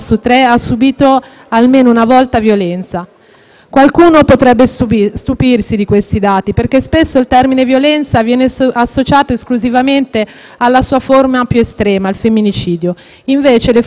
Qualcuno potrebbe stupirsi di questi dati, perché spesso il termine violenza viene associato esclusivamente alla sua forma più estrema, il femminicidio. Invece, le forme di violenza nei confronti delle donne sono molteplici: